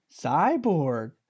Cyborg